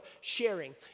sharing